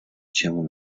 тему